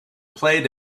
played